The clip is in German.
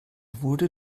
wurde